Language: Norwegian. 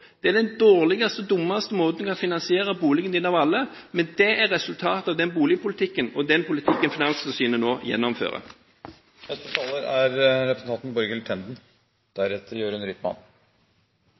Det er den dårligste og dummeste måten du kan finansiere boligen din på av alle. Men det er resultatet av boligpolitikken og den politikken Finanstilsynet nå gjennomfører.